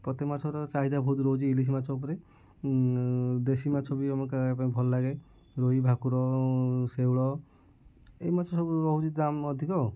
ପ୍ରତି ମାଛର ଚାହିଦା ଅଧିକ ରହୁଚି ଇଲିଶି ମାଛ ଉପରେ ଦେଶୀ ମାଛ ବି ଆମକୁ ଖାଇବା ପାଇଁ ଭଲ ଲାଗେ ରୋହି ଭାକୁର ଶେଉଳ ଏ ମାଛ ସବୁ ରହୁଛି ଦାମ୍ ଅଧିକ